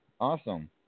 awesome